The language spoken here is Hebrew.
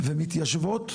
ומתיישבות,